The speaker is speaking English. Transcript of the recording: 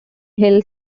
hill